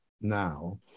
now